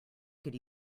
could